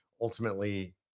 ultimately